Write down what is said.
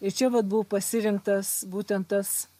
ir čia vat buvo pasirinktas būtent tas